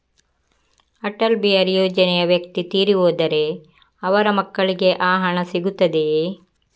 ಅಟಲ್ ಬಿಹಾರಿ ಯೋಜನೆಯ ವ್ಯಕ್ತಿ ತೀರಿ ಹೋದರೆ ಅವರ ಮಕ್ಕಳಿಗೆ ಆ ಹಣ ಸಿಗುತ್ತದೆಯೇ?